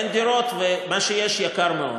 אין דירות, ומה שיש יקר מאוד.